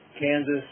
Kansas